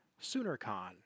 SoonerCon